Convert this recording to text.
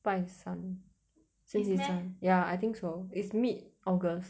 拜三星期三 is meh ya I think so is mid august